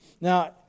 Now